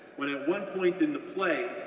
when at one point in the play,